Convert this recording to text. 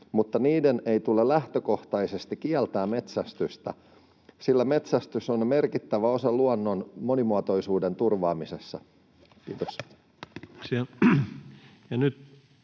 mutta niiden ei tule lähtökohtaisesti kieltää metsästystä, sillä metsästyksellä on merkittävä osa luonnon monimuotoisuuden turvaamisessa. — Kiitos.